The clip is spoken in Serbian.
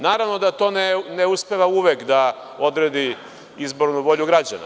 Naravno da to ne uspeva uvek da odredi izbornu volju građana.